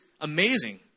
amazing